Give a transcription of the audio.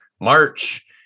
March